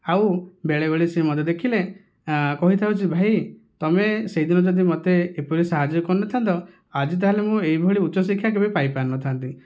ଆଉ ବେଳେବେଳେ ସିଏ ମତେ ଦେଖିଲେ କହିଥାଉଛି ଭାଇ ତମେ ସେଇଦିନ ଯଦି ମତେ ଏପରି ସାହାଯ୍ୟ କରିନଥାନ୍ତ ଆଜି ତାହେଲେ ମୁଁ ଏଇଭଳି ଉଚ୍ଚ ଶିକ୍ଷା କେବେ ପାଇପାରିନଥାନ୍ତି